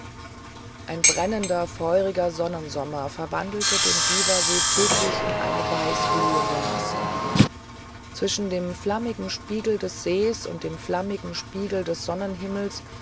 ein brennender feuriger sonnensommer verwandelte den biwasee täglich in eine weißglühende masse zwischen dem flammigen spiegel des sees und dem flammigen spiegel des